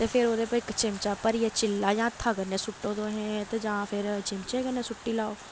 ते फिर ओह्दे उप्पर इक चिमचा भरियै चिल्ला जां हत्था कन्नै सु'ट्टो तुस ते जां फिर चिमचे कन्नै सु'ट्टी लैओ